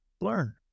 learn